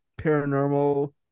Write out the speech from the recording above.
paranormal